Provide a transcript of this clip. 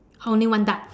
only one duck